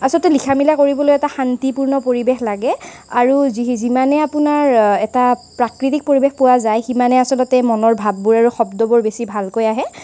আচলতে লিখা মেলা কৰিবলৈ এটা শান্তিপূৰ্ণ পৰিৱেশ লাগে আৰু যিহি যিমানেই যি যিমানেই আপোনাৰ এটা প্ৰাকৃতিক পৰিৱেশ পোৱা যায় সিমানেই আচলতে মনৰ ভাৱবোৰ আৰু শব্দবোৰ বেছি ভালকৈ আহে